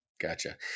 Gotcha